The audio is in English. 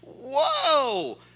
whoa